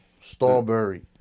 Strawberry